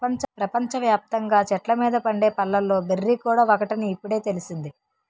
ప్రపంచ వ్యాప్తంగా చెట్ల మీద పండే పళ్ళలో బెర్రీ కూడా ఒకటని ఇప్పుడే తెలిసింది